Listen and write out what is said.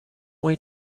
wait